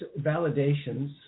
validations